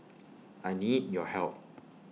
I need your help